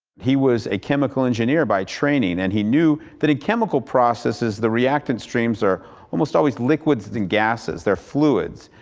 he was a chemical engineer by training and he knew that in chemical processes the reactant streams are almost always liquids and gases they're fluids.